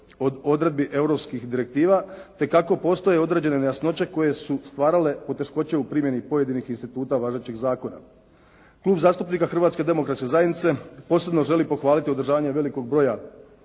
odredbi europskih direktiva, te kako postoje određene nejasnoće koje su stvarale poteškoće u primjeni pojedinih instituta važećeg zakona. Klub zastupnika Hrvatske demokratske zajednice posebno želi pohvaliti održavanje velikog broja